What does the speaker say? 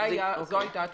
זו הייתה התפיסה.